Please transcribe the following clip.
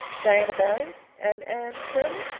diana barry? and anne shirley?